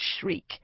shriek